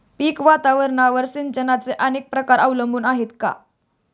पीक वातावरणावर सिंचनाचे अनेक प्रकार अवलंबून आहेत का?